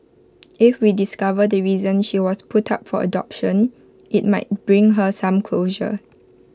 if we discover the reason she was put up for adoption IT might bring her some closure